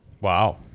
Wow